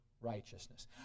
righteousness